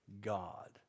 God